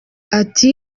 ati